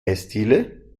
eisdiele